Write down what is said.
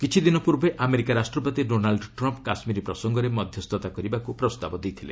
କିଛିଦିନ ପୂର୍ବେ ଆମେରିକା ରାଷ୍ଟ୍ରପତି ଡୋନାଲ୍ଡ୍ ଟ୍ରମ୍ପ୍ କାଶ୍ମୀର ପ୍ରସଙ୍ଗରେ ମଧ୍ୟସ୍ଥତା କରିବାକୁ ପ୍ରସ୍ତାବ ଦେଇଥିଲେ